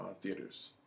theaters